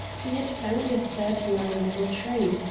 he had found a third line of retreat,